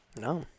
No